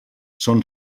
són